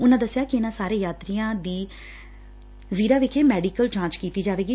ਉਨੂਾਂ ਦੱਸਿਆ ਕਿ ਇਨੂਾਂ ਸਾਰੇ ਯਾਤਰੀਆਂ ਦੀ ਜ਼ੀਰਾ ਵਿਖੇ ਮੈਡੀਕਲ ਜਾਂਚ ਕੀਤੀ ਜਾਵੇਗੀ